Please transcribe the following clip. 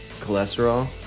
cholesterol